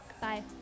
Bye